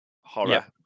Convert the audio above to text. horror